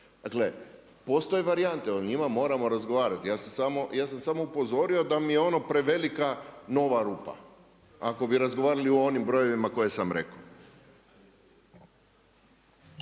Dakle, postoje varijante, o njima moramo razgovarati, ja sam samo upozorio da mi je ono prevelika nova rupa. Ako bi razgovarali o onim brojevima koje sam rekao.